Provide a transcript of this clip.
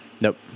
Nope